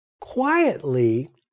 quietly